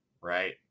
right